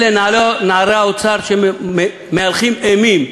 אלה נערי האוצר שמהלכים אימים,